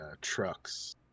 trucks